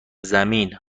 زمین